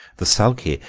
the sulky,